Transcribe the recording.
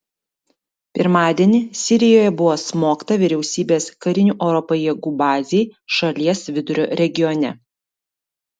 pirmadienį sirijoje buvo smogta vyriausybės karinių oro pajėgų bazei šalies vidurio regione